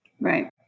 Right